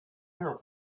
here